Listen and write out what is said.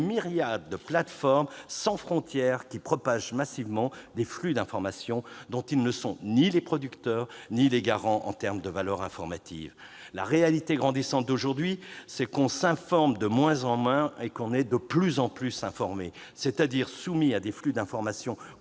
de plateformes sans frontières, qui propagent massivement des flux d'informations dont elles ne sont ni les productrices ni les garantes de la valeur informative. La réalité grandissante d'aujourd'hui, c'est que l'on s'informe de moins en moins, mais que l'on est de plus en plus informé, c'est-à-dire soumis à des flux d'informations